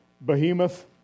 Behemoth